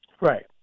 Right